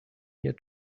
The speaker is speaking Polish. nie